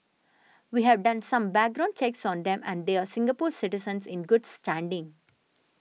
we have done some background checks on them and they are Singapore citizens in good standing